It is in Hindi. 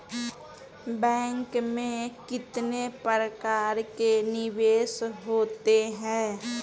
बैंक में कितने प्रकार के निवेश होते हैं?